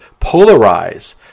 polarize